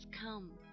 come